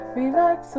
relax